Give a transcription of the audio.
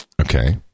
Okay